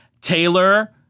Taylor